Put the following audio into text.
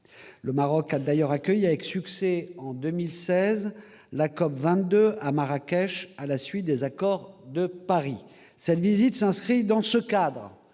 Le Maroc a d'ailleurs accueilli avec succès en 2016 la COP 22 à Marrakech, à la suite des accords de Paris. Cette visite s'inscrit dans ce cadre,